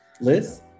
Liz